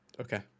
Okay